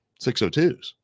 602s